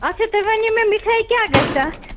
اَچھا تُہۍ ؤنِو مےٚ مِٹھٲے کیٛاہ گَژھِ اَتھ